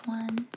one